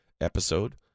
episode